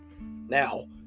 now